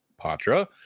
patra